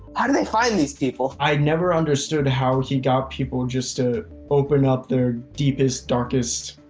how do they find these people? i never understood how he got people just to open up their deepest, darkest